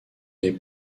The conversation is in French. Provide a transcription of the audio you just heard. n’est